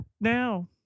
now